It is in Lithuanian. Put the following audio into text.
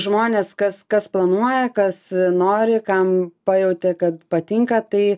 žmonės kas kas planuoja kas nori kam pajautė kad patinka tai